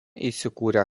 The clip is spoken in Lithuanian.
įsikūrė